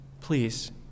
please